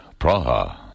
Praha